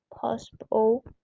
possible